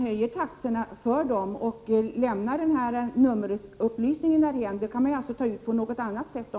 höja taxorna för dem och inte genomföra någon höjning för nummerupplysningen — de kostnaderna kan man ta ut på annat sätt.